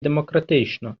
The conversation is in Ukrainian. демократично